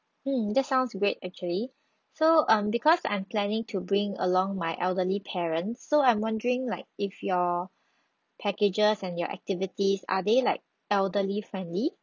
um that sounds great actually so um because I'm planning to bring along my elderly parents so I'm wondering like if your packages and your activities are they like elderly friendly